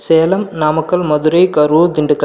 Salem Namakkal Madurai Karur Dindigul